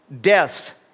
death